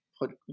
put